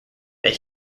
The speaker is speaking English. that